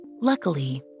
luckily